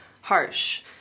harsh